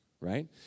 right